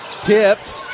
tipped